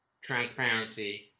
transparency